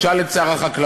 תשאל את שר החקלאות